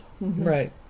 Right